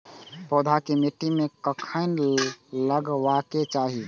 पौधा के मिट्टी में कखेन लगबाके चाहि?